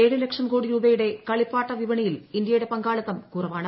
ഏഴ് ലക്ഷം കോടി രൂപയുടെ കളിപ്പാട്ട വിപണിയിൽ ത്ത്യയുടെ പങ്കാളിത്തം കുറവാണ്